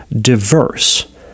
diverse